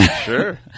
sure